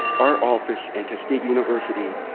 our office, and tuskegee university,